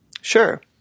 Sure